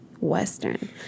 Western